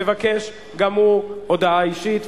מבקש גם הוא הודעה אישית.